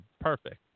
Perfect